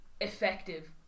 effective